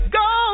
go